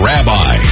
Rabbi